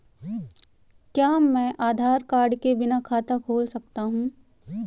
क्या मैं आधार कार्ड के बिना खाता खुला सकता हूं?